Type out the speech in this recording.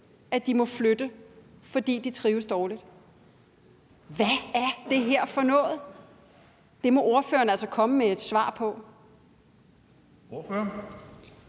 at de må flytte, fordi de trives dårligt. Hvad er det her for noget? Det må ordføreren altså komme med et svar på.